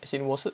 as in 我是